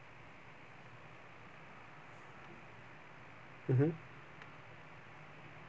mmhmm